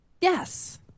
Yes